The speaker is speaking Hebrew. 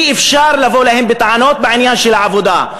אי-אפשר לבוא אליהם בטענות בעניין של עבודה.